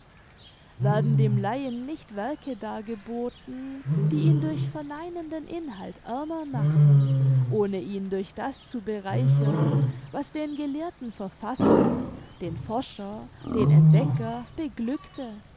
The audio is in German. werden dem laien nicht werke dargeboten die ihn durch verneinenden inhalt ärmer machen ohne ihn durch das zu bereichern was den gelehrten verfasser den forscher den entdecker beglückte